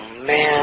man